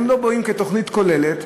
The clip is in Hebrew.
הם לא באים כתוכנית כוללת,